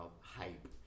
hype